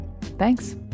Thanks